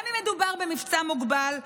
גם אם מדובר במבצע מוגבל,